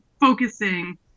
focusing